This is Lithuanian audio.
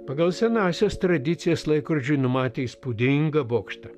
pagal senąsias tradicijas laikrodžiui numatė įspūdingą bokštą